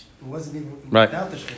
Right